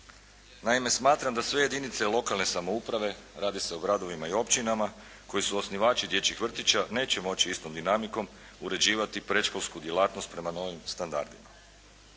Naime, smatram da sve jedinice lokalne samouprave, radi se o gradovima i općinama, koji su osnivači dječjih vrtića neće moći istom dinamikom uređivati predškolsku djelatnost prema novim standardima.